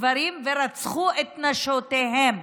גברים, ורצחו את נשותיהם.